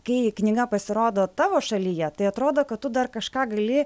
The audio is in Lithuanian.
kai knyga pasirodo tavo šalyje tai atrodo kad tu dar kažką gali